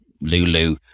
Lulu